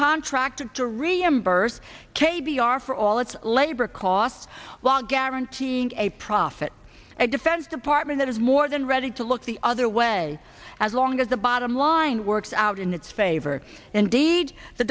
contracted to reimburse k b r for all its labor costs long guaranteeing a profit a defense department that has more more than ready to look the other way as long as the bottom line works out in its favor indeed the